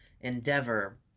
endeavor